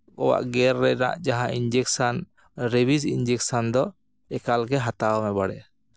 ᱠᱚᱣᱟᱜ ᱜᱮᱨ ᱨᱮᱱᱟᱜ ᱡᱟᱦᱟᱸ ᱤᱧᱡᱮᱠᱥᱮᱱ ᱨᱮᱵᱤᱥ ᱤᱱᱡᱮᱠᱥᱮᱱ ᱫᱚ ᱮᱠᱟᱞᱜᱮ ᱦᱟᱛᱟᱣ ᱢᱮ ᱵᱟᱲᱮ